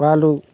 వారు